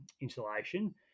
insulation